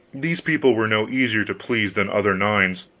these people were no easier to please than other nines.